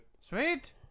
Sweet